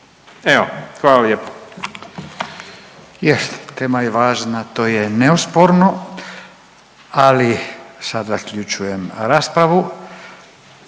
(Nezavisni)** Je, tema je važna to je neosporno ali sada zaključujem raspravu.